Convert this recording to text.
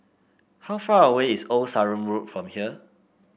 how far away is Old Sarum Road from here